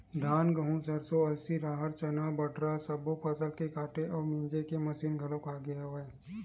धान, गहूँ, सरसो, अलसी, राहर, चना, बटरा सब्बो फसल के काटे अउ मिजे के मसीन घलोक आ गे हवय